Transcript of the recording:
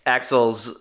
Axel's